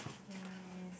nice